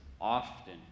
often